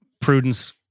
Prudence